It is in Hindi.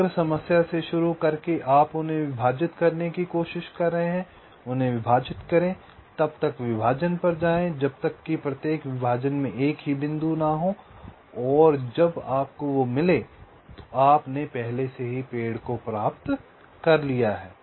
समग्र समस्या से शुरू करके आप उन्हें विभाजित करने की कोशिश कर रहे हैं उन्हें विभाजित करें तब तक विभाजन पर जाएं जब तक कि प्रत्येक विभाजन में एक ही बिंदु न हो और जब आपको वो मिले तो आपने पहले से ही पेड़ को प्राप्त कर लिया है